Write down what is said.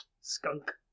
skunk